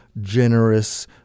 generous